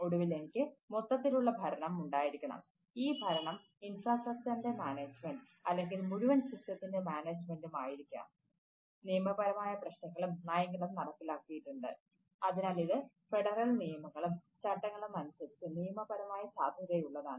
ഒടുവിൽ എനിക്ക് മൊത്തത്തിലുള്ള ഭരണം ഉണ്ടായിരിക്കണം ഈ ഭരണം ഇൻഫ്രാസ്ട്രക്ചറിൻറെ നിയമങ്ങളും ചട്ടങ്ങളും അനുസരിച്ച് നിയമപരമായി സാധുതയുള്ളതാണ്